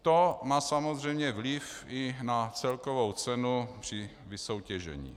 To má samozřejmě vliv i na celkovou cenu při vysoutěžení.